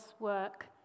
work